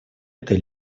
этой